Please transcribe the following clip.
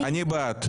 מי בעד?